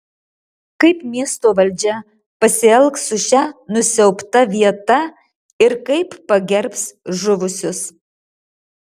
kaip miesto valdžia pasielgs su šia nusiaubta vieta ir kaip pagerbs žuvusius